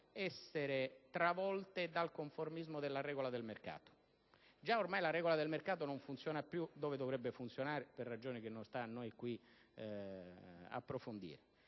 essere travolte dal conformismo della regola del mercato. Già ormai la regola del mercato non funziona più dove dovrebbe funzionare per ragioni che non sta a noi qui approfondire